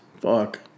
fuck